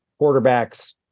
quarterbacks